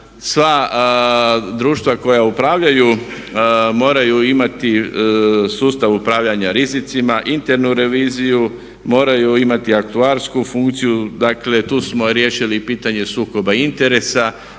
sva društva koja upravljaju moraju imati sustav upravljanja rizicima, internu reviziju, moraju imati aktuarsku funkciju. Dakle, tu smo riješili i pitanje sukoba interesa,